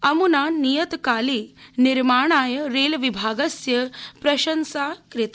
अम्ना नियतकाले निर्माणाय रेलविभागस्य प्रशंसा कृता